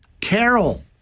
Carol